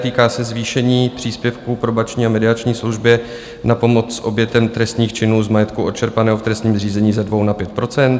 Týká se zvýšení příspěvků Probační a mediační službě na pomoc obětem trestných činů z majetku odčerpaného v trestním řízení ze 2 na 5 %.